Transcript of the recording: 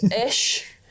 ish